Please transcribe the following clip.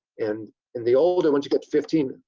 and in the older, once you get to fifteen,